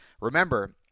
Remember